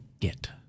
get